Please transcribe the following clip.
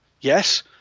Yes